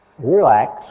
Relax